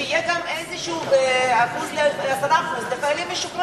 שיהיו 10% לחיילים משוחררים?